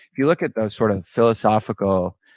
if you look at those sort of philosophical,